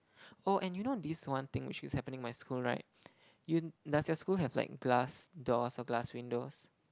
oh and you know this one thing which is happening in my school right you does your school have like glass doors or glass windows